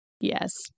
Yes